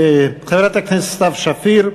חברת הכנסת סתיו שפיר,